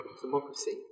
democracy